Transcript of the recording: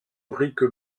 brique